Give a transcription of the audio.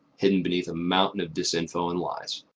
hidden beneath a mountain of disinfo and lies.